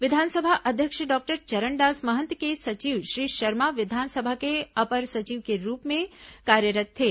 विधानसभा अध्यक्ष डॉक्टर चरणदास महंत के सचिव श्री शर्मा विधानसभा के अपर सचिव के रूप में कार्यरत् थे